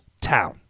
town